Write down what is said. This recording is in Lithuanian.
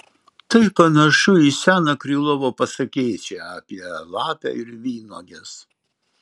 tai panašu į seną krylovo pasakėčią apie lapę ir vynuoges